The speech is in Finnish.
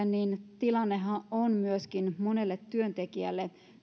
niin yrityksille kuin myöskin monelle työntekijälle